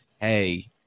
Hey